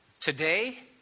Today